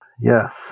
Yes